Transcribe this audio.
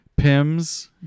Pims